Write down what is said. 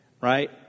right